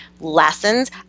lessons